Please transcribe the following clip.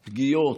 פגיעות,